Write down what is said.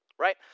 right